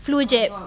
flu jab